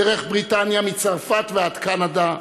דרך בריטניה, מצרפת ועד קנדה,